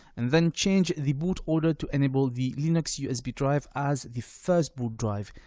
and then change the boot order to enable the linux usb drive as the first boot drive,